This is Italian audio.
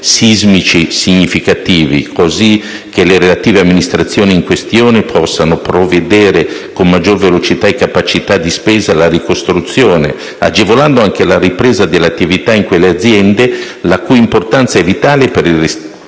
sismici significativi, così che le relative amministrazioni possano provvedere con maggiore velocità e capacità di spesa alla ricostruzione, agevolando anche la ripresa dell'attività in quelle aziende la cui importanza è vitale per i rispettivi